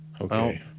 okay